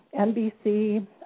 NBC